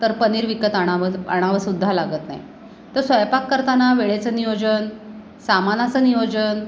तर पनीर विकत आणावं आणवं सुद्धा लागत नाही तर स्वयंपाक करताना वेळेचं नियोजन सामानाचं नियोजन